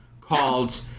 called